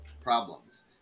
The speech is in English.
problems